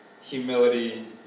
humility